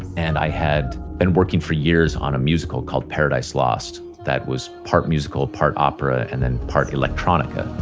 and i had been working for years on a musical called paradise lost that was part musical, part opera, and then part electronica.